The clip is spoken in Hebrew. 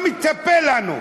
מה מצפה לנו?